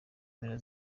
mpera